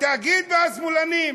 התאגיד והשמאלנים.